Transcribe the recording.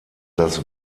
das